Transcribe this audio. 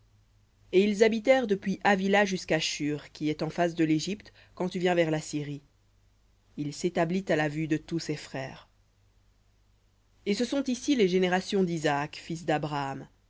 et ils habitèrent depuis havila jusqu'à shur qui est en face de l'égypte quand tu viens vers l'assyrie il s'établit à la vue de tous ses frères v ou et ce sont ici les générations d'isaac fils d'abraham